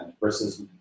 versus